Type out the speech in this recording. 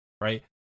Right